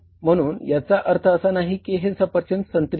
म्हणून याचा अर्थ असा नाही की हे सफरचंद संत्री होईल